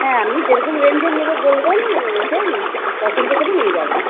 হ্যাঁ আপনি যেরকম রেঞ্জের নেবেন বলবেন এসে পছন্দ করবেন নিয়ে যাবেন